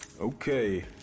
Okay